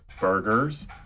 Burgers